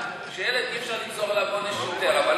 שילד אי-אפשר לגזור עליו עונש יותר,